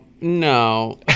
no